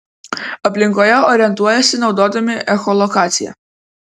aplinkoje orientuojasi naudodami echolokaciją